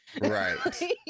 Right